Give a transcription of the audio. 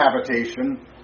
habitation